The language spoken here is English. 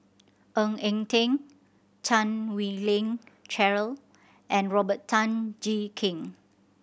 Ng Eng Teng Chan Wei Ling Cheryl and Robert Tan Jee Keng